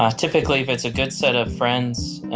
ah typically, if it's a good set of friends,